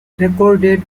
recorded